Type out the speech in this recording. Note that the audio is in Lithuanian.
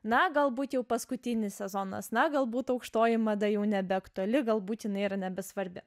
na galbūt jau paskutinis sezonas na galbūt aukštoji mada jau nebeaktuali galbūt jinai yra nebesvarbi